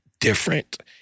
different